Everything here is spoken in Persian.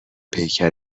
پیکر